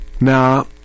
Now